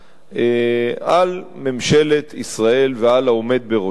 על ממשלת ישראל ועל העומד בראשה,